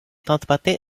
transportée